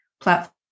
platform